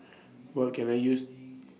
What Can I use